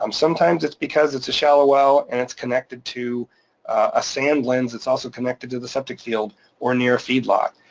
um sometimes it's because it's a shallow well and it's connected to a sand lens, it's also connected to the septic field or near a feed lot,